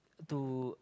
to